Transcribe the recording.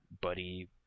buddy